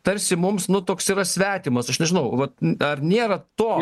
tarsi mums nu toks yra svetimas aš nežinau vat ar nėra to